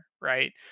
right